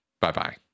Bye-bye